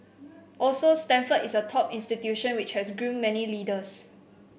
also Stanford is a top institution which has groomed many leaders